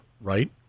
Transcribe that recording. right